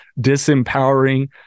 disempowering